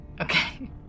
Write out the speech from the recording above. Okay